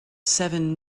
seven